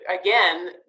again